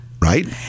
Right